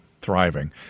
thriving